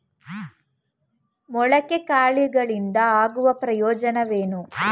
ಮೊಳಕೆ ಕಾಳುಗಳಿಂದ ಆಗುವ ಪ್ರಯೋಜನವೇನು?